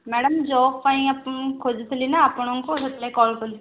madam job ପାଇଁ ଆପଣଙ୍କୁ ଖୋଜୁଥିଲି ନା ଆପଣଙ୍କୁ ସେଥିଲାଗି କଲ୍ କଲି